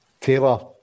Taylor